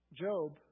Job